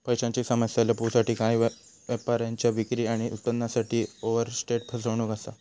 पैशांची समस्या लपवूसाठी काही व्यापाऱ्यांच्या विक्री आणि उत्पन्नासाठी ओवरस्टेट फसवणूक असा